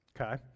Okay